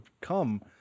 come